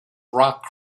rock